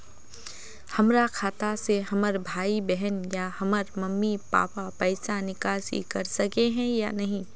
हमरा खाता से हमर भाई बहन या हमर मम्मी पापा पैसा निकासी कर सके है या नहीं?